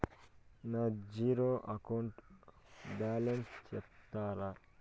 నా zero account balance సెప్తారా?